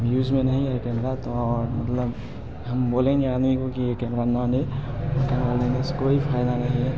use में नहीं है कैमरा का मतलब हम बोलेंगे आदमी को कि वो ये कैमरा ना ले कैमरा लेने से कोई फ़ायदा नहीं है